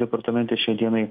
departamente šia dienai